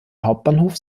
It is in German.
hauptbahnhof